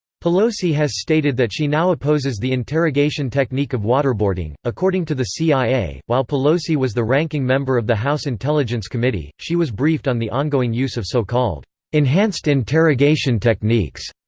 pelosi has stated that she now opposes the interrogation technique of waterboarding according to the cia, while pelosi was the ranking member of the house intelligence committee, she was briefed on the ongoing use of so-called enhanced interrogation techniques,